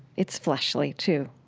it's fleshly too.